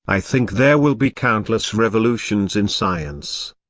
i think there will be countless revolutions in science.